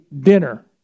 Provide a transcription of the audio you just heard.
dinner